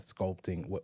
sculpting